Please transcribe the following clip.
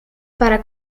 para